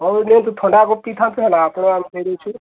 ହଉ ନିଅନ୍ତୁ ଥଣ୍ଡା ଆଗ ପି ଥାଆନ୍ତୁ ହେଲା ଆପଣଙ୍କ ପାଇଁ ମଗାଇ ଦେଉଛି